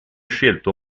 scelto